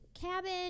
cabin